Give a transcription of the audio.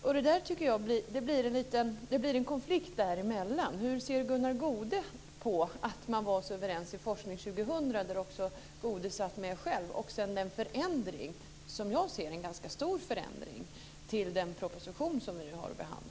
Men jag menar att det blir en konflikt däremellan. Hur ser Gunnar Goude på att man var så överens i kommittén Forskning 2000 - där Gunnar Goude, som sagt, också satt med - och den, som jag ser det, ganska stora förändringen i och med den proposition som vi nu har att behandla?